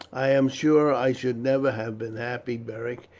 i am sure i should never have been happy, beric,